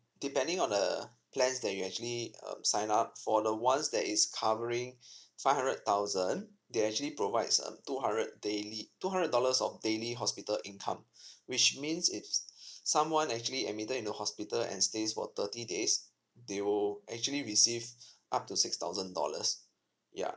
depending on the plans that you actually um sign up for the ones that is covering five hundred thousand they actually provides a two hundred daily two hundred dollars of daily hospital income which means if someone actually admitted in the hospital and stays for thirty days they will actually receive up to six thousand dollars yeah